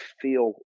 feel